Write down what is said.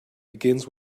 begins